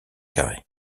carrés